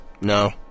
No